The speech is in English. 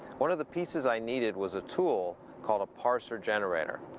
one of the pieces i needed was a tool called a parser generator.